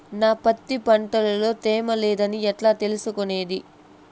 నా పత్తి పంట లో తేమ లేదని ఎట్లా తెలుసుకునేది?